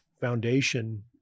foundation